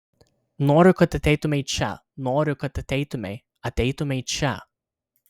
noriu kad ateitumei čia noriu kad ateitumei ateitumei čia